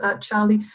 Charlie